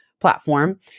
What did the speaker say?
platform